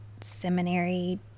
seminary